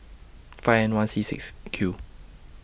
five N one C six Q